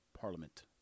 parliament